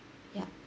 ya